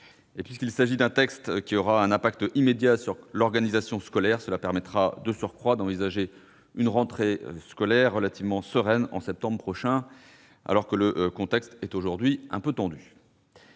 Puisqu'il s'agit d'un texte qui aura un impact immédiat sur l'organisation scolaire, cela permet, de surcroît, d'envisager une rentrée relativement sereine en septembre prochain, alors que le contexte est aujourd'hui quelque peu tendu.